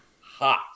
hot